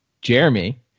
Jeremy